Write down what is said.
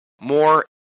more